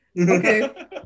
okay